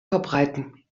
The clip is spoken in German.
verbreiten